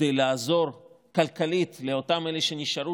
כדי לעזור כלכלית לאותם אלה שנשארו,